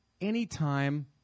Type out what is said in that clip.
anytime